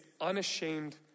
unashamed